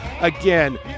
Again